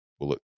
Bullet